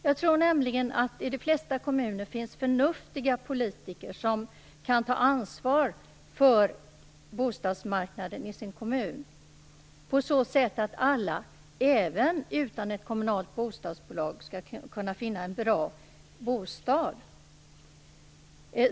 Jag tror nämligen att det i de flesta kommuner finns förnuftiga politiker som kan ta ansvar för bostadsmarknaden i sin kommun, så att alla, även utan ett kommunalt bostadsbolag, skall kunna finna en bra bostad.